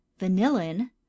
Vanillin